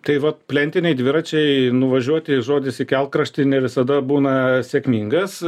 tai vat plentiniai dviračiai nuvažiuoti žodis į kelkraštį ne visada būna sėkmingas